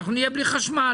שנה נהיה בלי חשמל.